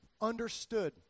understood